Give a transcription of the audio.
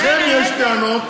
לכם יש טענות,